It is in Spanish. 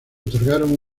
otorgaron